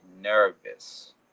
nervous